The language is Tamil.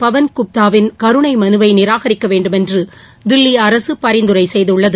பவன்குப்தாவின் கருணை மனுவை நிராகரிக்க வேண்டுமென்று தில்லி அரசு பரிநதுரை செய்துள்ளது